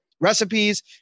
recipes